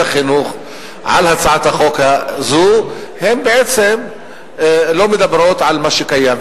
החינוך להצעת החוק הזאת בעצם לא מדברות על מה שקיים,